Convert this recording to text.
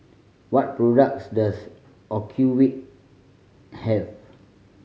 what products does Ocuvite have